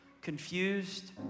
confused